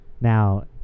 Now